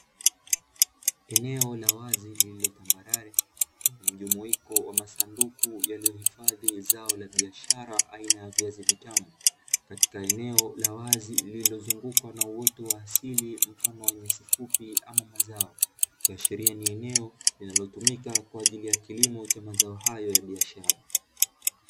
Eneo la wazi lililo tambarare lenye mjumuiko wa masanduku yaliyohifadhi zao la biashara aina ya viazi vitamu, katika eneo la wazi lililo zungukwa na uoto wa asili mfano wa nyasi fupi au mazao ikiashiria ni eneo linalotumika kwa ajili ya kilimo cha mazao hayo ya biashara.